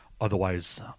otherwise